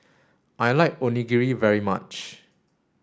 I like Onigiri very much